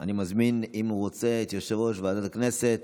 אני מזמין את יושב-ראש ועדת הכנסת